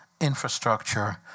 infrastructure